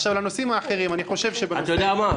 לנושאים האחרים, אני חושב --- אתה יודע מה?